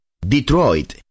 Detroit